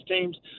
teams